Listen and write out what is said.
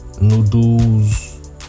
noodles